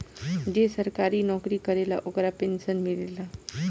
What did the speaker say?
जे सरकारी नौकरी करेला ओकरा पेंशन मिलेला